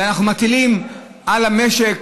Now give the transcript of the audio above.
ואנחנו מטילים על המשק